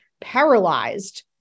paralyzed